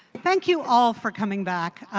thank you all for coming back.